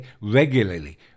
regularly